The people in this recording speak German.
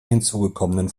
hinzugekommenen